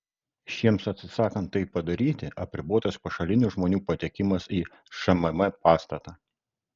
šiems atsisakant tai padaryti apribotas pašalinių žmonių patekimas į šmm pastatą